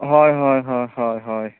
हय हय ह हय हय